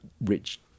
rich